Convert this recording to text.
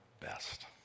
best